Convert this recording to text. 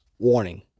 Warning